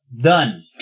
Done